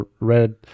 red